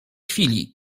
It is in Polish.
chwili